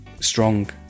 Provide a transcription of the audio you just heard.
strong